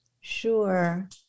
Sure